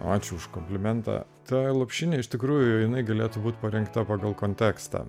ačiū už komplimentą tai lopšinė iš tikrųjų jinai galėtų būti parinkta pagal kontekstą